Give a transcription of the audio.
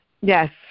Yes